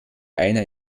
einer